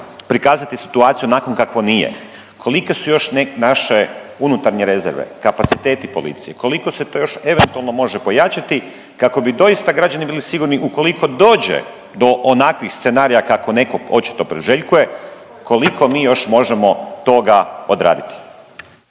prikazati situaciju onakvom kakva nije, kolike su još naše unutarnje rezerve, kapaciteti policije, koliko se to još eventualno može pojačati kako bi doista građani bili sigurni ukoliko dođe do onakvih scenarija kako netko očito priželjkuje koliko mi još možemo toga odraditi?